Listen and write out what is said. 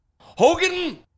Hogan